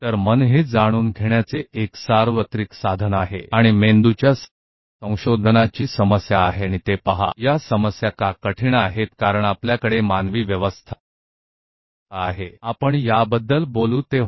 तो मन को जानने के लिए एक सार्वभौमिक उपकरण हैआप मस्तिष्क अनुसंधान के साथ समस्या को देखें और यह समस्याएं क्यों मुश्किल है क्योंकि कि हमारे पास एक मानव प्राणी है हम अंतिम व्याख्यानों मे इस बारे में बात करेंगे